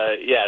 Yes